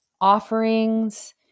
offerings